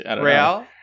Real